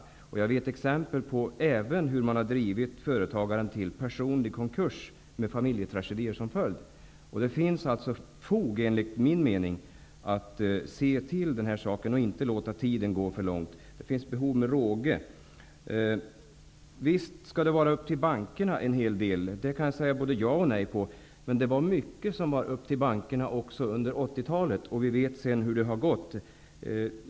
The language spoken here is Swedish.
Jag känner även till exempel på att företagaren har drivits till personlig konkurs med familjetragedier som följd. Det finns mot denna bakgrund enligt min mening fog för att gå till handling i denna fråga och inte låta tiden löpa i väg för långt. Det finns behov -- med råge -- på detta område. Visst skall en hel del vara upp till bankerna, men jag kan ge skäl både för och emot detta. Mycket var upp till bankerna också under 80-talet, och vi vet hur det sedan har gått.